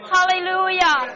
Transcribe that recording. Hallelujah